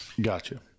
Gotcha